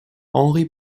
henri